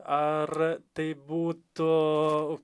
ar tai būtų